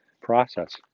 process